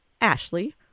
Ashley